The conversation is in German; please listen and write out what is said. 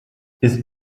ist